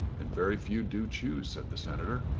and very few do choose, said the senator.